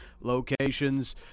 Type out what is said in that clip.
locations